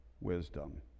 wisdom